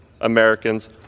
Americans